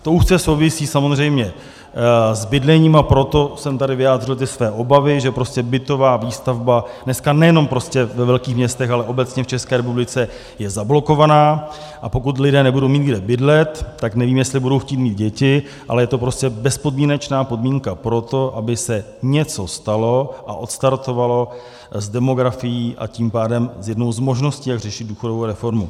To úzce souvisí samozřejmě s bydlením, a proto jsem tady vyjádřil své obavy, že prostě bytová výstavba dneska nejenom ve velkých městech, ale obecně v České republice je zablokovaná, a pokud lidé nebudou mít kde bydlet, tak nevím, jestli budou chtít mít děti, ale je to prostě bezpodmínečná podmínka pro to, aby se něco stalo a odstartovalo s demografií, a tím pádem s jednou z možností, jak řešit důchodovou reformu.